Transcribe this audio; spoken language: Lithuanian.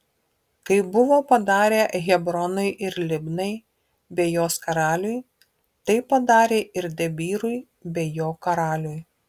kaip buvo padarę hebronui ir libnai bei jos karaliui taip padarė ir debyrui bei jo karaliui